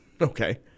Okay